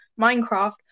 Minecraft